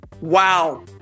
Wow